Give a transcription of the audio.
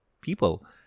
people